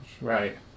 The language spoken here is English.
Right